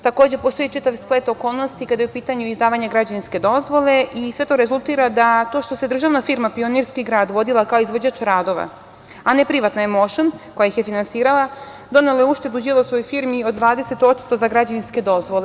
Takođe, postoji čitav splet okolnosti kada je u pitanju izdavanje građevinske dozvole i sve to rezultira da to što se državna firma „Pionirski grad“ vodila kao izvođač radova, a ne privatna „Emoušn“ koja ih je finansirala, donela je uštedu Đilasovoj firmi od 20% za građevinske dozvole.